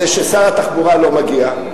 זה ששר התחבורה לא מגיע,